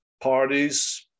parties